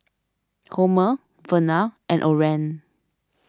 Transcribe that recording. Homer Vernal and Oren